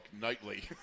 nightly